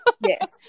Yes